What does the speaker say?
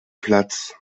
platz